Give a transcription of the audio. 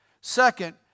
Second